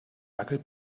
dackel